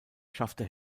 schaffte